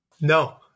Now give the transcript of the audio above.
No